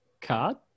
card